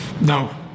No